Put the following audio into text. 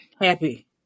happy